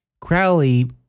Crowley